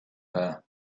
her